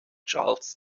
charles